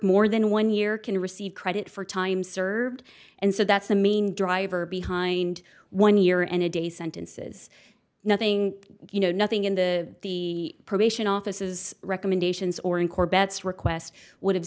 more than one year can receive credit for time served and so that's the main driver behind one year and a day sentences nothing you know nothing in the the probation offices recommendations or in corvet's request would have